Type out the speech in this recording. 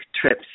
trips